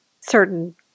certain